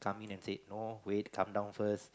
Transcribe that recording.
come in and say no wait calm down first